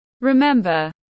Remember